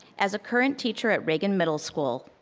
as a current teacher at reagan middle school,